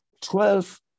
Twelve